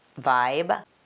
vibe